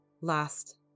Last